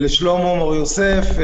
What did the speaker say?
לשלמה מור יוסף,